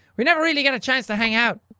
we never really get a chance to hang out.